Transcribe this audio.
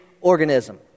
organism